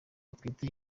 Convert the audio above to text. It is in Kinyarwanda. batwite